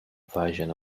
version